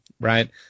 right